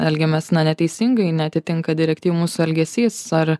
elgiamės na neteisingai neatitinka direktyvų mūsų elgesys ar